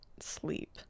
sleep